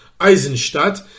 Eisenstadt